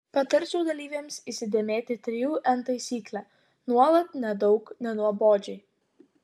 patarčiau dalyvėms įsidėmėti trijų n taisyklę nuolat nedaug nenuobodžiai